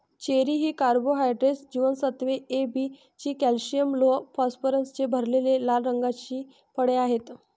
cherry ही carbohydrates, जीवनसत्त्वे A, B, C, calcium, लोह, फॉस्फरसने भरलेली लाल रंगाची फळे आहेत